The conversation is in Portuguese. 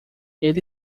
ele